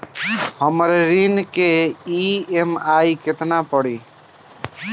हमर ऋण के ई.एम.आई केतना पड़ी?